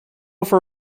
for